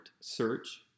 search